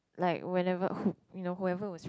like whenever who you know whoever was free